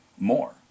more